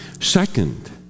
Second